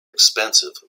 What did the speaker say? expansive